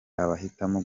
abahitamo